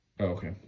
okay